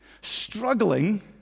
struggling